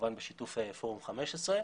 כמובן בשיתוף פורום ה-15.